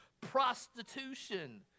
prostitution